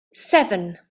seven